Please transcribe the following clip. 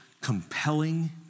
compelling